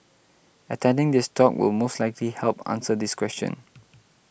attending this talk will most likely help answer this question